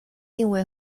定位